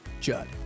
Judd